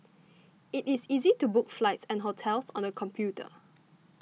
it is easy to book flights and hotels on the computer